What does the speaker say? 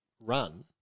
run